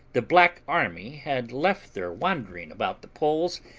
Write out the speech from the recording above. the black army had left their wandering about the poles,